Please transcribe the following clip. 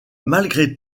malgré